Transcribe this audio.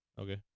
Okay